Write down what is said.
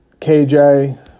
KJ